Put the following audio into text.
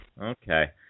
okay